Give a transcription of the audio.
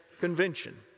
convention